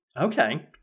Okay